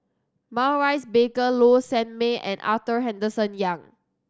Maurice Baker Low Sanmay and Arthur Henderson Young